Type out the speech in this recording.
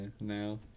Now